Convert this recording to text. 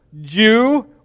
Jew